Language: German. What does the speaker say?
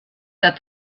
der